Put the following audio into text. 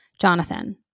Jonathan